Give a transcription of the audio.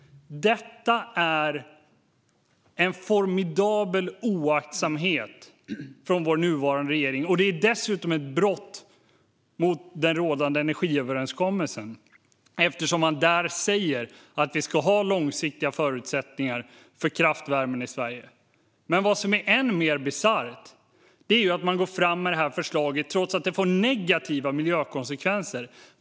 Detta är en formidabel oaktsamhet från vår nuvarande regering. Det är dessutom ett brott mot den rådande energiöverenskommelsen eftersom man där säger att vi ska ha långsiktiga förutsättningar för kraftvärmen i Sverige. Vad som är än mer bisarrt är att man går fram med förslaget trots att det får negativa miljökonsekvenser.